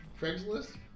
Craigslist